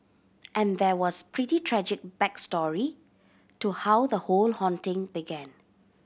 and there was pretty tragic back story to how the whole haunting began